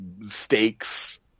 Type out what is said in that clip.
stakes